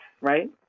right